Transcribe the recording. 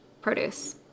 produce